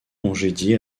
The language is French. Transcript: congédié